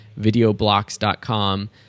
videoblocks.com